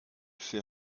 fait